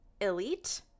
Elite